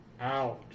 out